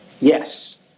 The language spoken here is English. Yes